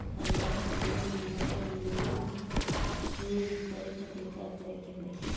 हमार जीवन बीमा के रिन्यू करे खातिर का करे के होई?